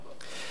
זה נכון.